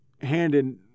handed